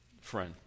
friend